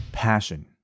passion